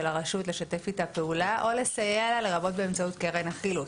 הרשות לשתף איתה פעולה או לסייע לה באמצעות קרן החילוט.